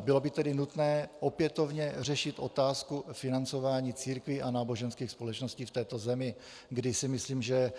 Bylo by tedy nutné opětovně řešit otázku financování církví a náboženských společností v této zemi, kdy si myslím, že